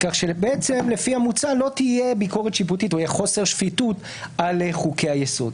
לפי המוצע לא תהיה ביקורת שיפוטית או יהיה חוסר שפיטות על חוקי היסוד.